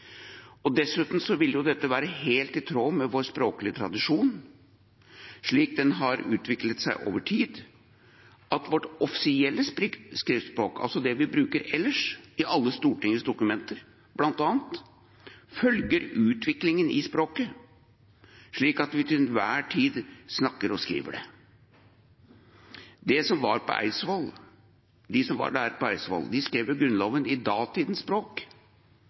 vil jo dette være helt i tråd med vår språklige tradisjon, slik den har utviklet seg over tid, at vårt offisielle skriftspråk, altså det vi bruker ellers – i alle Stortingets dokumenter, bl.a. – følger utviklingen i språket slik vi til enhver tid snakker og skriver det. De som var på Eidsvoll, skrev Grunnloven på datidens språk. Hvis vi som